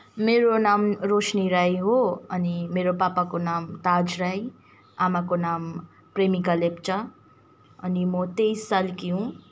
मेरो नाम रोशनी राई हो अनि मेरो पापाको नाम ताज राई आमाको नाम प्रेमिका लेप्चा अनि म तेइस सालकी हुँ